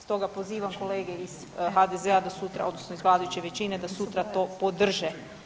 Stoga pozivam kolege iz HDZ-a da sutra odnosno iz vladajuće većine da sutra to podrže.